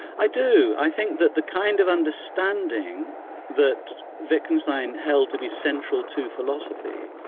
i do. i think that the kind of understanding that wittgenstein held to be central to philosophy,